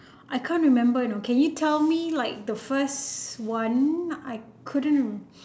I can't remember you know can you tell me like the first one I couldn't